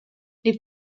les